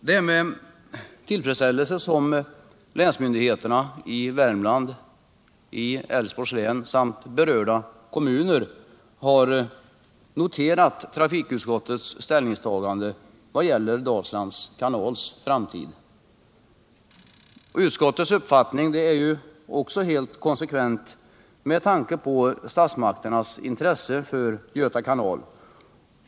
Det är med tillfredsställelse som länsmyndigheterna i Värmlands och i Älvsborgs län samt berörda kommuner har noterat trafikutskottets ställningstagande vad gäller Dalslands kanals framtid. Utskottets uppfattning är också helt konsekvent med tanke på statsmakternas intresse för Göta kanal.